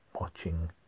watching